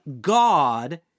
God